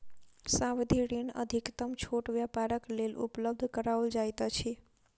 सावधि ऋण अधिकतम छोट व्यापारक लेल उपलब्ध कराओल जाइत अछि